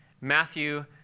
Matthew